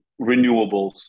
renewables